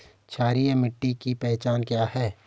क्षारीय मिट्टी की पहचान क्या है?